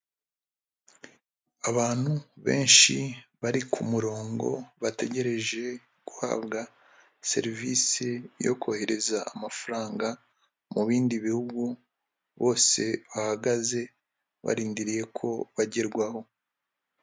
Abantu benshi bari ku murongo, bategereje guhabwa serivisi yo kohereza amafaranga, mu bindi bihugu, bose bahagaze barindiriye ko bagerwaho.